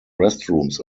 restrooms